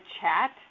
chat